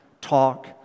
talk